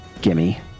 gimme